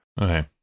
Okay